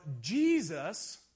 Jesus